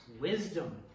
wisdom